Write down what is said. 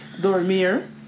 Dormir